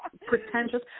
Pretentious